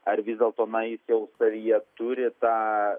ar vis dėlto na jis jau savyje turi tą